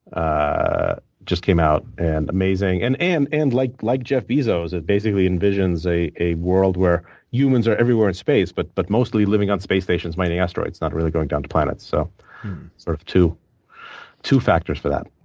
ah just came out, and amazing. and and and like like jeff bezos, it, basically, envisions a a world where humans are everywhere in space but but mostly living on space stations mining asteroids. not really going down to planets. so sort of two two factors for that.